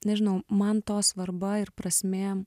nežinau man to svarba ir prasmė